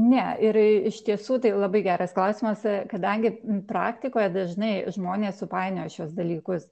ne ir iš tiesų tai labai geras klausimas kadangi praktikoje dažnai žmonės supainioja šiuos dalykus